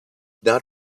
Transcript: not